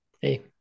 Hey